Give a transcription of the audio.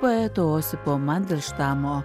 poeto osipo mandelštamo